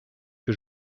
que